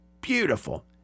beautiful